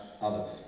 others